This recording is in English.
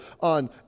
on